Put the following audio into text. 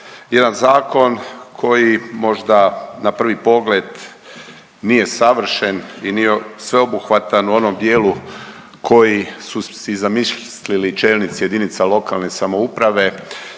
jedan zakon koji možda na prvi pogled nije savršen i nije sveobuhvatan u onom dijelu koji su si zamislili čelnici JLS davnih godina,